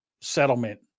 settlement